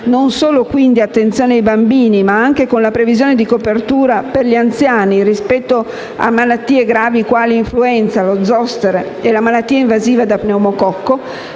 non vi è solo attenzione ai bambini, ma anche la previsione di copertura per gli anziani rispetto a malattie gravi quali l'influenza, lo zoster e la malattia invasiva da pneumococco.